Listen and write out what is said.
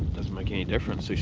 doesn't make any difference, they